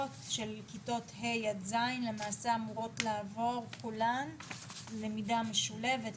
של כיתות ה' עד ז' למעשה אמורות לעבור כולן ללמידה משולבת,